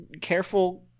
Careful